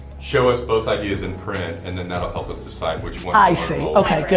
show us both ideas in print and then that'll help us decide which one. i see. okay, good.